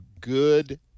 good